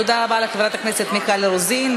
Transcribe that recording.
תודה רבה לחברת הכנסת מיכל רוזין.